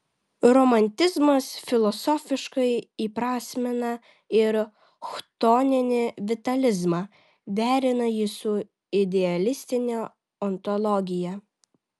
romantizmas filosofiškai įprasmina ir chtoninį vitalizmą derina jį su idealistine ontologija